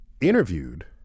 interviewed